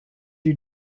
you